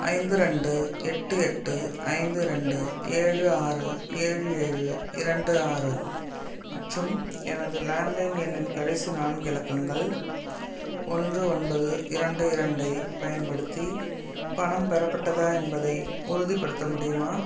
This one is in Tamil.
ஐந்து ரெண்டு எட்டு எட்டு ஐந்து ரெண்டு ஏழு ஆறு ஏழு ஏழு இரண்டு ஆறு மற்றும் எனது லேண்ட் லைன் எண்ணின் கடைசி நான்கு இலக்கங்கள் ஒன்று ஒன்பது இரண்டு இரண்டை பயன்படுத்தி பணம் பெறப்பட்டதா என்பதை உறுதிப்படுத்த முடியுமா